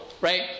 right